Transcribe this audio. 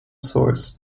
source